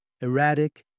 erratic